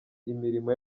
imirimo